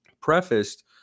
prefaced